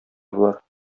болар